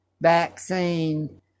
vaccine